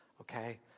okay